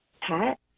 Pat